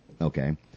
Okay